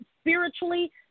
spiritually